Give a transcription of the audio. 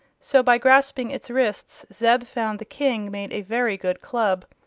so by grasping its wrists zeb found the king made a very good club.